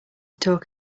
talk